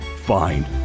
Fine